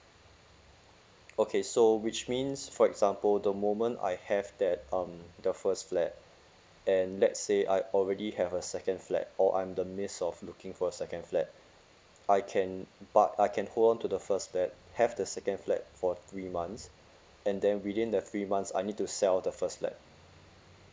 okay so which means for example the moment I have that um the first flat and let's say I already have a second flat or I'm in the midst of looking for a second flat I can but I can hold on to the first flat have the second flat for three months and then within the three months I need to sell the first flat